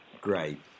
great